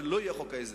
ולא יהיה חוק ההסדרים.